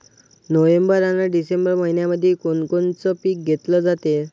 November अन December मइन्यामंधी कोण कोनचं पीक घेतलं जाते?